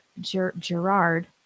Gerard